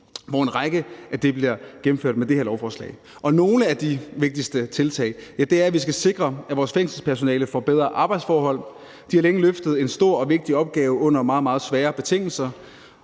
hvoraf en række bliver gennemført med det her lovforslag. Et af de vigtigste tiltag er, at vi skal sikre, at vores fængselspersonale får bedre arbejdsforhold. De har længe løftet en stor og vigtig opgave under meget, meget svære betingelser,